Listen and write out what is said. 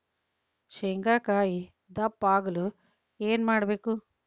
ಶೇಂಗಾಕಾಯಿ ದಪ್ಪ ಆಗಲು ಏನು ಮಾಡಬೇಕು?